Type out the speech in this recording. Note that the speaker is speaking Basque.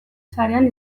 sarean